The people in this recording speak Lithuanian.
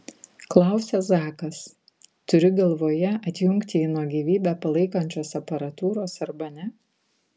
klausia zakas turi galvoje atjungti jį nuo gyvybę palaikančios aparatūros arba ne